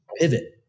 pivot